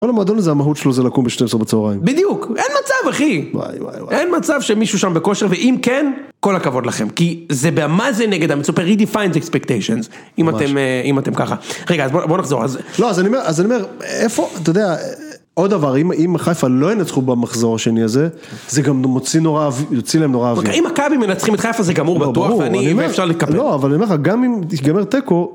כל המועדון הזה, המהות שלו זה לקום ב-12 בצהריים. בדיוק. אין מצב, אחי. וואי וואי וואי. אין מצב שמישהו שם בכושר, ואם כן, כל הכבוד לכם. כי זה מה זה נגד המצופה. He defines expectations. ממש. אם אתם ככה. רגע, אז בוא נחזור. לא, אז אני אומר, איפה, אתה יודע, עוד דבר, אם חיפה לא ינצחו במחזור השני הזה, זה גם יוציא להם נורא אוויר. אם מכבי מנצחים את חיפה, זה גמור בטוח. גמור, גמור. אם אפשר לקפל. לא, אבל אני אומר לך, גם אם זה יגמר תיקו.